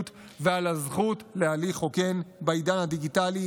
ועל הזכות להליך הוגן בעידן הדיגיטלי.